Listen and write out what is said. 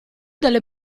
delle